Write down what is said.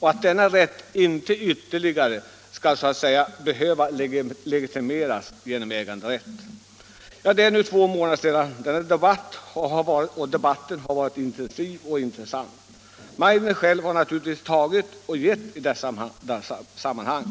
och att denna rätt inte ytterligare skall så att säga behöva legitimeras genom äganderätt. Det är nu två månader sedan debatten började, och den har varit intensiv och intressant. Meidner själv har naturligtvis tagit och gett i dessa sammanhang.